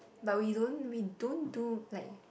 but we don't we don't do like